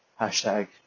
Hashtag